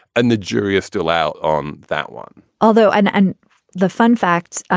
and the jury is still out on that one, although and and the fun facts.